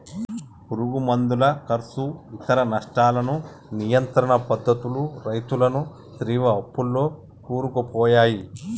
పురుగు మందుల కర్సు ఇతర నష్టాలను నియంత్రణ పద్ధతులు రైతులను తీవ్ర అప్పుల్లో కూరుకుపోయాయి